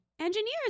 Engineers